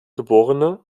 geb